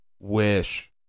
wish